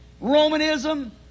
Romanism